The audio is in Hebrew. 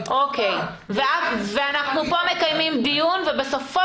אבל --- אנחנו מקיימים פה דיון ובסופו